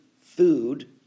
food